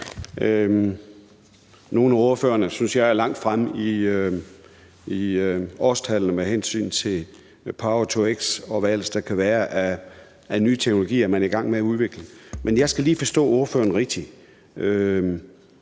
Nogle af ordførerne synes jeg er langt fremme i årstallene med hensyn til power-to-x, og hvad der ellers kan være af nye teknologier, man er i gang med at udvikle. Men jeg skal lige forstå ordføreren rigtigt.